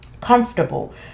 Comfortable